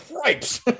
Right